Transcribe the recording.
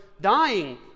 dying